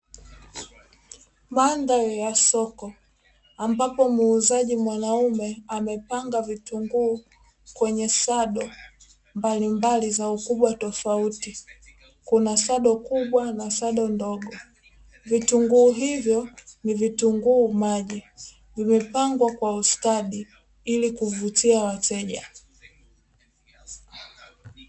Mandhari ya soko ambapo muuzaji mwanauma amepanga vitunguu kwenye sado mbalimbali za ukubwa tofauti, kuna sadi kubwa na sado ndogo. Vitunguu hivyo ni vitunguu maji, vimepangwa kwa ustadi ili kuvutia wateja.